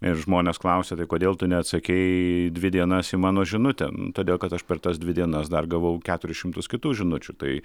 ir žmonės klausia tai kodėl tu neatsakei dvi dienas į mano žinutę todėl kad aš per tas dvi dienas dar gavau keturis šimtus kitų žinučių tai